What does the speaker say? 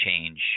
change